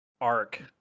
arc